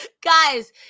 guys